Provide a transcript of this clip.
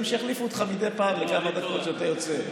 שיחליפו אותך מדי פעם לכמה דקות כשאתה יוצא.